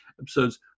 episodes